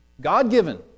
God-given